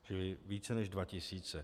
Čilí více než dva tisíce.